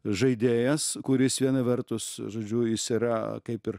žaidėjas kuris viena vertus žodžiu jis yra kaip ir